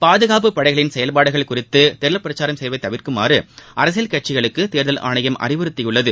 பாதுகாப்புப் படைகளின் செயல்பாடுகள் குறித்து தேர்தல் பிரச்சாரம் செய்வதை தவிர்க்குமாறு அரசியல் கடசிகளுக்கு தேர்தல் ஆணையம் அறிவுறுத்தியுள்ளது